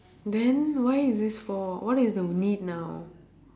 then why is this for what is the need now